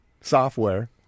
software